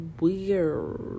weird